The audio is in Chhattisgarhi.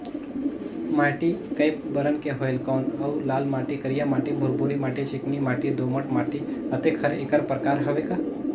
माटी कये बरन के होयल कौन अउ लाल माटी, करिया माटी, भुरभुरी माटी, चिकनी माटी, दोमट माटी, अतेक हर एकर प्रकार हवे का?